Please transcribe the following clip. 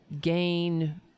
gain